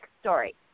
story